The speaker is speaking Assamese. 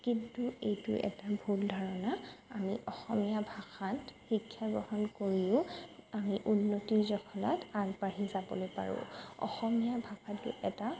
কিন্তু এইটো এটা ভুল ধাৰণা আমি অসমীয়া ভাষাত শিক্ষা গ্ৰহণ কৰিও আমি উন্নতিৰ জখলাত আগবাঢ়ি যাবলৈ পাৰোঁ অসমীয়া ভাষাটো এটা